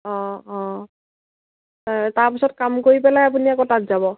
অঁ অঁ তাৰপিছত কাম কৰি পেলাই আপুনি আকৌ তাত যাব